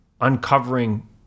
uncovering